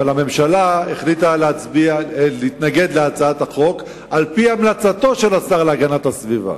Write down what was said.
אבל הממשלה החליטה להתנגד להצעת החוק על-פי המלצתו של השר להגנת הסביבה,